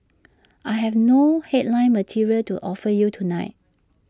I have no headline material to offer you tonight